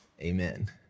Amen